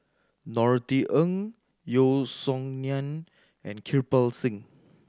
Norothy Ng Yeo Song Nian and Kirpal Singh